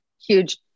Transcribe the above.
huge